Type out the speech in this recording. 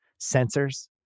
sensors